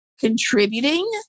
contributing